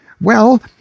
Well